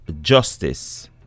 justice